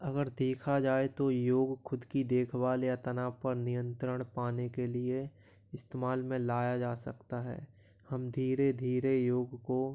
अगर देखा जाए तो योग खुद की देखभाल या तनाव पर नियंत्रण पाने के लिए इस्तमाल में लाया जा सकता है हम धीरे धीरे योग को